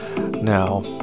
now